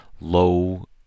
low